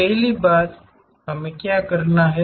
पहली बात हमें क्या करना है